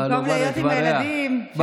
במקום להיות עם הילדים שנמצאים בחופש.